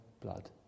blood